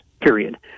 period